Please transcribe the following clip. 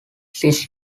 six